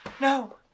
No